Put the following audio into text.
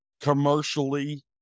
commercially